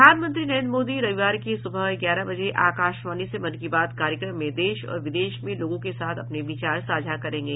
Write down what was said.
प्रधानमंत्री नरेन्द्र मोदी रविवार की सुबह ग्यारह बजे आकाशवाणी से मन की बात कार्यक्रम में देश और विदेश में लोगों के साथ अपने विचार साझा करेंगे